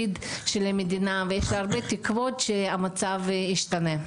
למען הציבור.